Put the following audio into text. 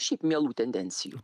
šiaip mielų tendencijų